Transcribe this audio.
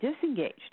disengaged